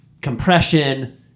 compression